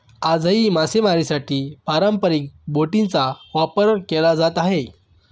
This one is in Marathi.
आजही मासेमारीसाठी पारंपरिक बोटींचा वापर केला जात आहे